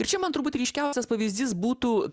ir čia man turbūt ryškiausias pavyzdys būtų